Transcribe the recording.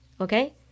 okay